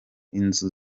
inzu